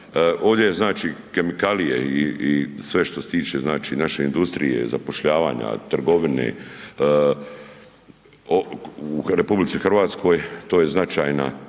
Ovdje je znači kemikalije i sve što se tiče naše industrije, zapošljavanja, trgovine u RH to je značajna